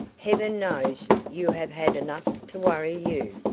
heaven knows you have had enough to worry you!